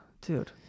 Dude